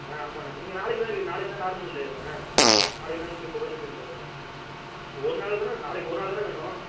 ஆ ஆமாண்ணா நீங்கள் நாளைக்கு தான் நாளைக்கு தான் நார்மல் டே தானே நாளைக்கு தான் நூற்றி ஐம்பது ரூபா நூற்றி எண்பது ரூபா தான் இருக்கும் ஒரு நாள் தானே நாளைக்கு ஒரு நாள் தானே வேணும்